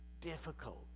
difficult